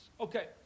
Okay